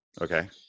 Okay